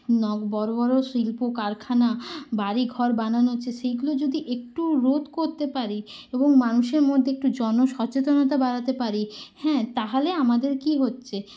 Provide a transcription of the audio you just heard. ন বড়ো বড়ো শিল্প কারখানা বাড়িঘর বানানো হচ্ছে সেইগুলো যদি একটু রোধ করতে পারি এবং মানুষের মধ্যে একটু জনসচেতনতা বাড়াতে পারি হ্যাঁ তাহলে আমাদের কি হচ্ছে